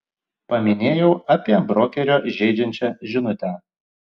paminėjau apie brokerio žeidžiančią žinutę